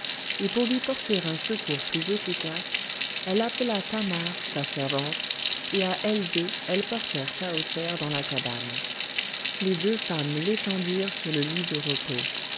et pour lui porter un secours plus efficace elle appela thamar sa servante et à elles deux elles portèrent tahoser dans la cabane les deux femmes l'étendirent sur le lit de repos